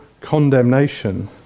condemnation